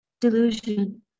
Delusion